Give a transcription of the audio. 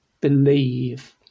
believe